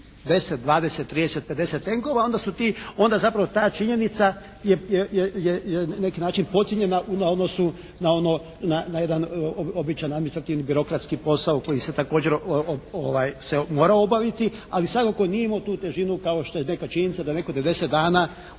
10, 20, 30, 50 tenkova onda su ti, onda zapravo ta činjenica je na neki način podcijenjena na odnosu na jedan običan, administrativni, birokratski posao koji se također morao obaviti. Ali svakako nije imao tu težinu kao što je neka činjenica da netko 90 dana